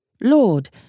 Lord